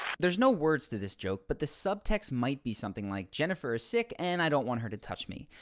there's no words to this joke but the subtext might be something like, jennifer is sick and i don't want her to touch me.